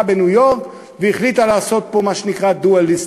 בניו-יורק והחליטה לעשות פה מה שנקרא Dual Listing?